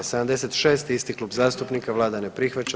76., isti klub zastupnika, Vlada ne prihvaća.